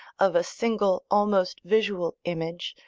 of a single, almost visual, image,